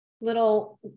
little